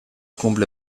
cumple